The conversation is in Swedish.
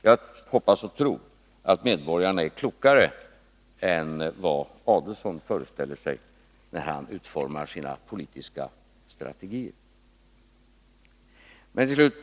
Jag hoppas och tror att medborgarna är klokare än Ulf Adelsohn föreställer sig när han utformar sin politiska strategi.